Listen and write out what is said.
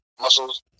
muscles